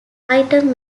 item